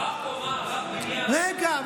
רב קומה, רב בניין, רגע.